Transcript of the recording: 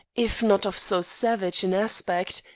if not of so savage an aspect,